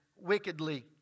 wickedly